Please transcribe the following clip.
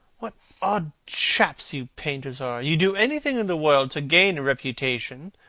what odd chaps you painters are! you do anything in the world to gain a reputation.